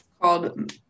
called